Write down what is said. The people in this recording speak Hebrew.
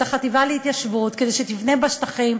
החטיבה להתיישבות כדי שתבנה בשטחים,